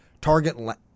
Target